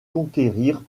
conquérir